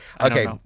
Okay